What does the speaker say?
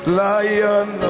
lion